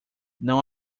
não